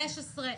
15,